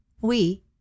we—